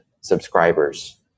subscribers